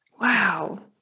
Wow